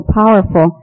powerful